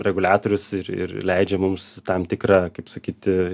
reguliatorius ir ir leidžia mums tam tikrą kaip sakyti